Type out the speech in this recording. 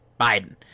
biden